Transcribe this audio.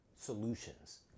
solutions